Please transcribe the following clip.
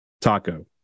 Taco